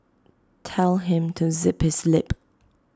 tell him to zip his lip